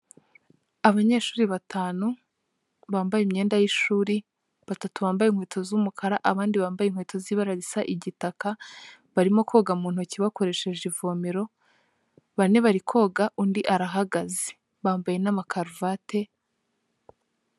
Abanyeshuri batanu bambaye imyenda y'ishuri, batatu bambaye inkweto z'umukara, abandi bambaye inkweto z'ibara risa igitaka, barimo koga mu ntoki bakoresheje ivomero, bane bari koga undi arahagaze, bambaye n'amakaruvati.